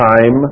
time